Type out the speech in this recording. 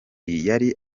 yari